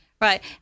right